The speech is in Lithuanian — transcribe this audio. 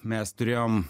mes turėjom